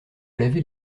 laver